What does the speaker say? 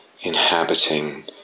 inhabiting